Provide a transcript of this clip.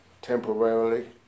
temporarily